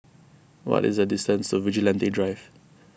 what is the distance to Vigilante Drive